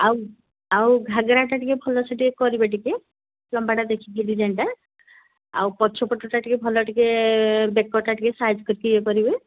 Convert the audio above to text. ଆଉ ଆଉ ଘାଗରାଟା ଟିକେ ଭଲସେ କରିବେ ଟିକେ ଲମ୍ବାଟା ଦେଖିକି ଡିଜାଇନ୍ଟା ଆଉ ପଛପଟଟା ଟିକେ ଭଲ ଟିକେ ବେକଟା ଟିକେ ସାଇଜ୍ କରିକି ଇଏ କରିବେ